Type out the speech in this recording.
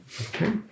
Okay